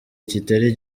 kitari